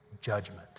judgment